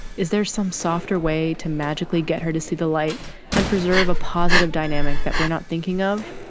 is there some softer way to magically get her to see the light and preserve a positive dynamic that we're not thinking of?